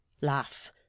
Laugh